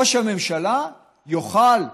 ראש הממשלה יוכל,